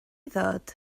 ddod